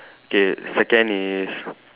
K second is